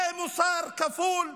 זה מוסר כפול.